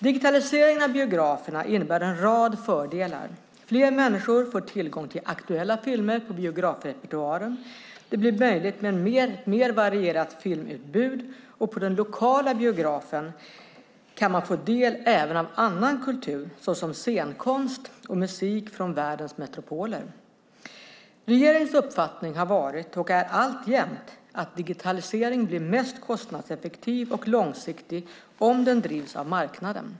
Digitaliseringen av biograferna innebär en rad fördelar: fler människor får tillgång till aktuella filmer på biografrepertoaren, det blir möjligt med ett mer varierat filmutbud och på den lokala biografen kan man få del även av annan kultur, såsom scenkonst och musik från världens metropoler. Regeringens uppfattning har varit och är alltjämt att digitaliseringen blir mest kostnadseffektiv och långsiktig om den drivs av marknaden.